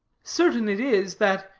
certain it is, that,